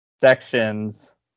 sections